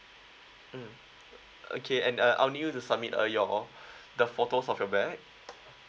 mm okay and uh I'll need you to submit uh your the photo of your bag